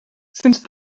since